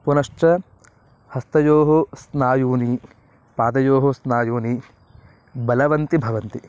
पुनश्च हस्तयोः स्नायूनि पादयोः स्नायूनि बलवन्ति भवन्ति